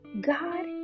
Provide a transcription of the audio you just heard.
God